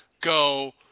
go